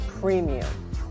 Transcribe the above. premium